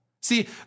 See